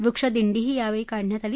वृक्ष दिंडीही यावेळी काढण्यात आली